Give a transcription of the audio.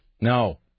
No